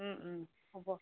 হ'ব